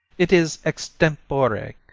it is extempore,